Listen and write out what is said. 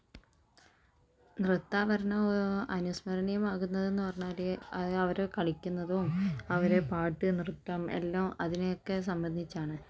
നൃത്താവരണം അനുസ്മരണീയമാകുന്നതെന്ന് പറഞ്ഞാല് അത് അവര് കളിക്കുന്നതും അവര് പാട്ട് നൃത്തം എല്ലാം അതിനേയൊക്കെ സംബന്ധിച്ചാണ്